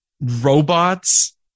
robots